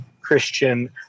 Christian